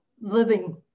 living